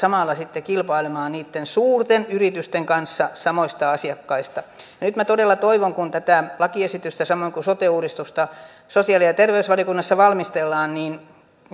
samalla kilpailemaan suurten yritysten kanssa samoista asiakkaista nyt minä todella toivon kun tätä lakiesitystä samoin kuin sote uudistusta sosiaali ja terveysvaliokunnassa valmistellaan että